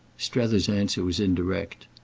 strether's answer was indirect.